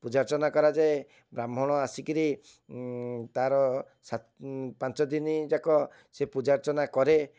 ପୂଜା ଅର୍ଚ୍ଚନା କରାଯାଏ ବ୍ରାହ୍ମଣ ଆସିକରି ତା'ର ସାତ ପାଞ୍ଚଦିନଜାକ ସେ ପୂଜା ଅର୍ଚ୍ଚନା କରେ